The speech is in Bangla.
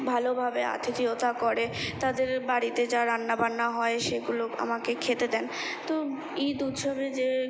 ভালোভাবে আতিথেয়তা করে তাদের বাড়িতে যা রান্নাবান্না হয় সেগুলো আমাকে খেতে দেন তো ঈদ উৎসবে যে